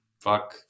fuck